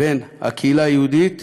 בין הקהילה היהודית